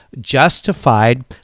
justified